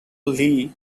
lee